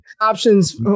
Options